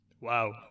Wow